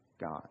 God